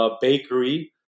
bakery